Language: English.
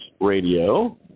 radio